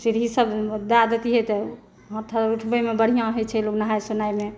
सीढी सब दए दैतियै तऽ हाथ उठबैमे बढ़िऑं होइ छै लोक नहाय सोनायमे